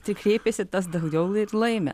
tik kreipiasi tas daugiau laimi